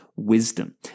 wisdom